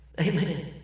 Amen